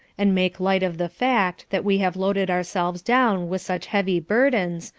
and make light of the fact that we have loaded ourselves down with such heavy burdens,